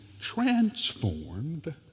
transformed